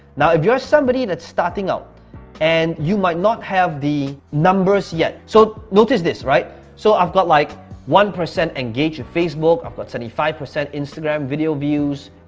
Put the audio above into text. now, if you're somebody that's starting out and you might not have the numbers yet. so notice this, right? so i've got like one percent engaged with facebook, i've got seventy five percent instagram video views,